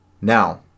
Now